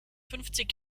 fünfzig